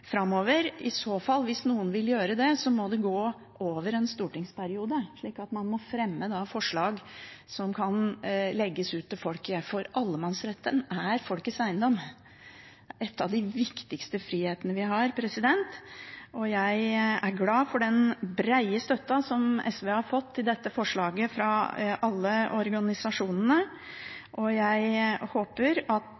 framover. Hvis noen vil gjøre det, må det i så fall gå over en stortingsperiode, slik at man må fremme forslag som kan legges ut til folket, for allemannsretten er folkets eiendom og en av de viktigste frihetene vi har. Jeg er glad for den brede støtten SV har fått til dette forslaget fra alle